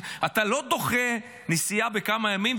אתה לא דוחה נסיעה בכמה ימים,